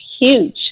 huge